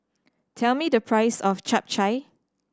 tell me the price of Chap Chai